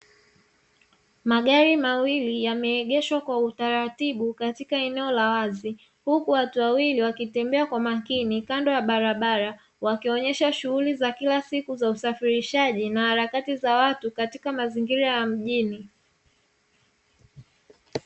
Magari mawili yameegeshwa kwa utaratibu katika eneo la wazi, huku watu wawili wakitembea kwa makini kando ya barabara, wakionyesha shughuli za kila siku za usafirishaji na harakati za watu katika mazingira ya mjini.